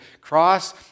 cross